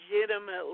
Legitimately